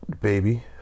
Baby